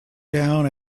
down